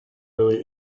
really